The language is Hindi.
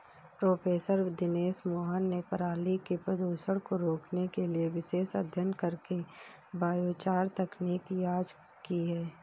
प्रोफ़ेसर दिनेश मोहन ने पराली के प्रदूषण को रोकने के लिए विशेष अध्ययन करके बायोचार तकनीक इजाद की है